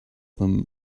them